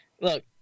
Look